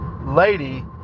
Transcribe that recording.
lady